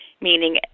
Meaning